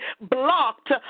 blocked